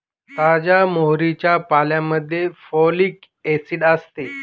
ताज्या मोहरीच्या पाल्यामध्ये फॉलिक ऍसिड असते